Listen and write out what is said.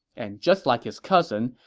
and just like his cousin,